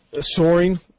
Soaring